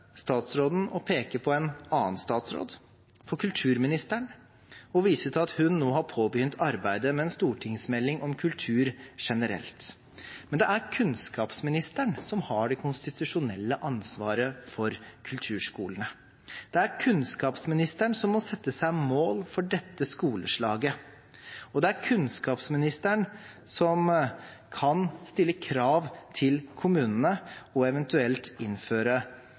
statsråden å peke på en annen statsråd, på kulturministeren, og vise til at hun nå har påbegynt arbeidet med en stortingsmelding om kultur generelt. Men det er kunnskapsministeren som har det konstitusjonelle ansvaret for kulturskolene, det er kunnskapsministeren som må sette seg mål for dette skoleslaget, og det er kunnskapsministeren som kan stille krav til kommunene og eventuelt innføre